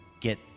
get